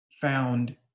found